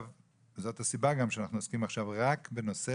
זאת הסיבה גם שאנחנו עוסקים עכשיו רק בנושא